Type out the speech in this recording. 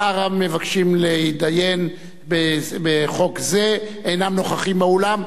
שאר המבקשים להתדיין בחוק זה אינם נוכחים באולם,